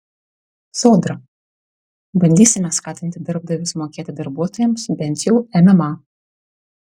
sodra bandysime skatinti darbdavius mokėti darbuotojams bent jau mma